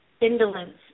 indolence